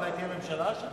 אולי תהיה ממשלה השבוע.